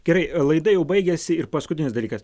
gerai laida jau baigiasi ir paskutinis dalykas